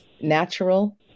natural